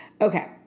Okay